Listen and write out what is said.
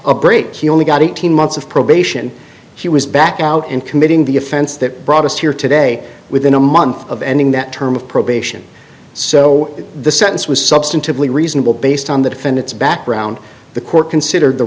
a break he only got eighteen months of probation he was back out and committing the offense that brought us here today within a month of ending that term of probation so the sentence was substantively reasonable based on the defendant's background the court considered the